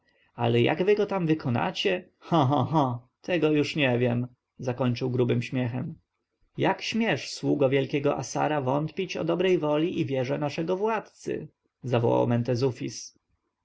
ale jak wy go tam wykonacie cha cha cha tego już nie wiem zakończył grubym śmiechem jak śmiesz sługo wielkiego assara wątpić o dobrej woli i wierze naszego władcy zawołał mentezufis